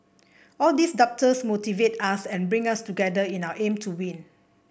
all these doubters motivate us and bring us together in our aim to win